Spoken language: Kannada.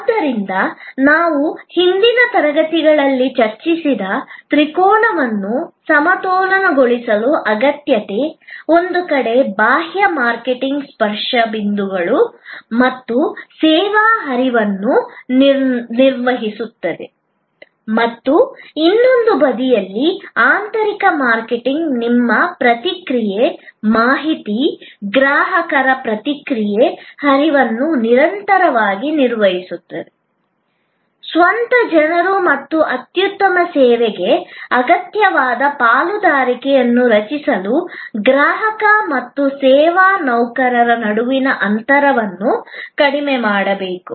ಆದ್ದರಿಂದ ನಾವು ಹಿಂದಿನ ತರಗತಿಗಳಲ್ಲಿ ಚರ್ಚಿಸಿದ ತ್ರಿಕೋನವನ್ನು ಸಮತೋಲನಗೊಳಿಸುವ ಅಗತ್ಯತೆ ಒಂದು ಕಡೆ ಬಾಹ್ಯ ಮಾರ್ಕೆಟಿಂಗ್ ಸ್ಪರ್ಶ ಬಿಂದುಗಳು ಮತ್ತು ಸೇವಾ ಹರಿವನ್ನು ನಿರ್ವಹಿಸುತ್ತದೆ ಮತ್ತು ಇನ್ನೊಂದು ಬದಿಯಲ್ಲಿ ಆಂತರಿಕ ಮಾರ್ಕೆಟಿಂಗ್ ನಿಮ್ಮ ಪ್ರತಿಕ್ರಿಯೆ ಮಾಹಿತಿ ಗ್ರಾಹಕರ ಪ್ರತಿಕ್ರಿಯೆಯ ಹರಿವನ್ನು ನಿರಂತರವಾಗಿ ನಿರ್ವಹಿಸುತ್ತದೆ ಸ್ವಂತ ಜನರು ಮತ್ತು ಅತ್ಯುತ್ತಮ ಸೇವೆಗೆ ಅಗತ್ಯವಾದ ಪಾಲುದಾರಿಕೆಯನ್ನು ರಚಿಸಲು ಗ್ರಾಹಕ ಮತ್ತು ಸೇವಾ ನೌಕರರ ನಡುವಿನ ಅಂತರವನ್ನು ಕಡಿಮೆ ಮಾಡಬೇಕು